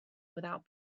without